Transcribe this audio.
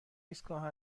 ایستگاه